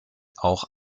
auch